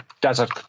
desert